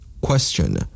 Question